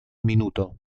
minuto